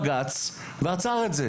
בג״ץ הם אלה שבלמו את הדבר הזה.